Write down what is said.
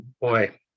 boy